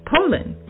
Poland